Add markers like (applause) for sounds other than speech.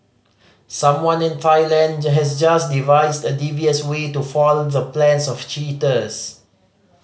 someone in Thailand (unintelligible) has just devised a devious way to foil the plans of cheaters